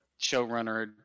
showrunner